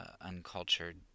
uncultured